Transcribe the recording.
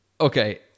okay